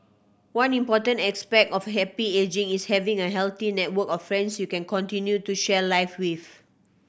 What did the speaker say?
one important aspect of happy ageing is having a healthy network of friends you can continue to share life with